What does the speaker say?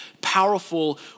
powerful